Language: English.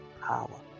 power